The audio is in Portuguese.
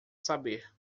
saber